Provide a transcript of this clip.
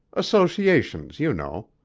associations you know.